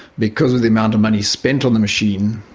because of the amount of money spent on the machine,